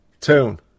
tune